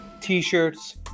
T-shirts